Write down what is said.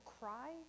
cry